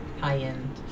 high-end